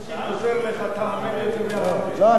לא,